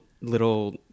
little